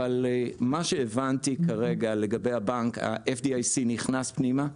אבל מה שהבנתי כרגע לגבי הבנק, ה-FDIC נכנס פנימה,